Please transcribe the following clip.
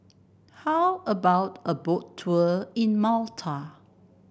how about a Boat Tour in Malta